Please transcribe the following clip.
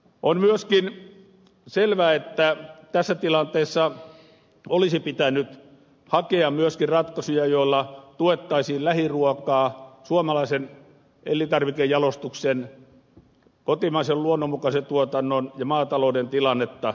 on myöskin selvä että tässä tilanteessa olisi pitänyt hakea myöskin ratkaisuja joilla tuettaisiin lähiruokaa suomalaisen elintarvikejalostuksen kotimaisen luonnonmukaisen tuotannon ja maatalouden tilannetta